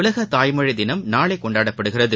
உலக தாய்மொழி தினம் நாளை கொண்டாடப்படுகிறது